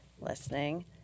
listening